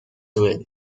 well